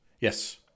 yes